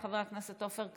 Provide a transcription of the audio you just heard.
חבר הכנסת עופר כסיף.